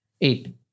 Eight